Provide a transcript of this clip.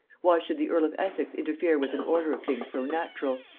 why should the earl of essex interfere with an order of things so natural?